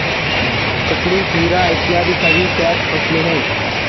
ककड़ी, खीरा इत्यादि सभी कैच फसलें हैं